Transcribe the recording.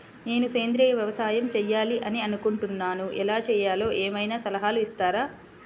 నేను సేంద్రియ వ్యవసాయం చేయాలి అని అనుకుంటున్నాను, ఎలా చేయాలో ఏమయినా సలహాలు ఇస్తారా?